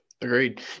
Agreed